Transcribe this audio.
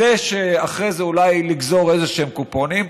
כדי אחרי זה אולי לגזור איזשהם קופונים,